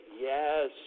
Yes